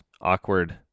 awkward